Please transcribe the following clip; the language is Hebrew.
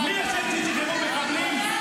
מי אשם ששחררו מחבלים?